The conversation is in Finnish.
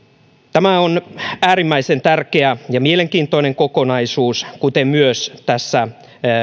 tämä on äärimmäisen tärkeä ja mielenkiintoinen kokonaisuus kuten myös tässä